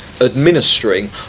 administering